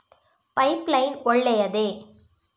Pipe line ಒಳ್ಳೆಯದೇ?